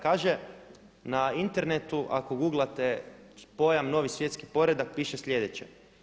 Kaže, na internetu ako uguglate pojam novi svjetski poredak piše sljedeće.